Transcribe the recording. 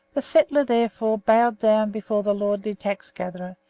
the settler therefore bowed down before the lordly tax-gatherer,